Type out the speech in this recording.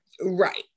right